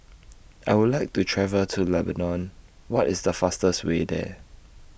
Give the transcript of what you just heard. I Would like to travel to Lebanon What IS The fastest Way There